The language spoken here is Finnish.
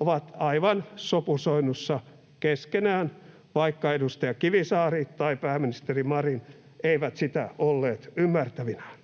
ovat aivan sopusoinnussa keskenään, vaikka edustaja Kivisaari ja pääministeri Marin eivät sitä olleet ymmärtävinään.